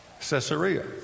Caesarea